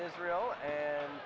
israel and